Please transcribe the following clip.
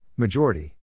Majority